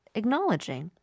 acknowledging